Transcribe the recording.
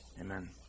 Amen